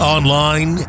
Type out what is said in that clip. Online